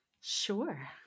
Sure